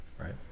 right